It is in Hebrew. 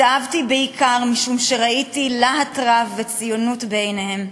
התאהבתי בעיקר משום שראיתי להט רב וציונות בעיניהם,